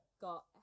got